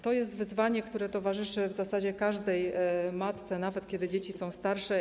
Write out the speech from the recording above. To jest wyzwanie, które towarzyszy w zasadzie każdej matce, nawet kiedy dzieci są starsze.